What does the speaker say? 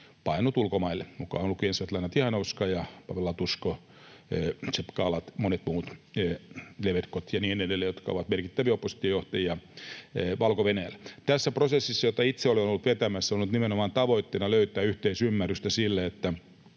paennut ulkomaille mukaan lukien Svetlana Tihanovskaja, Pavel Latuška, Tsapkala, Lebedko ja monet muut, jotka ovat merkittäviä oppositiojohtajia Valko-Venäjällä. Tässä prosessissa, jota itse olen ollut vetämässä, on ollut nimenomaan tavoitteena löytää yhteisymmärrystä sille, että